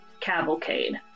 cavalcade